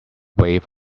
wave